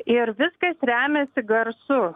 ir viskas remiasi garsu